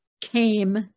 came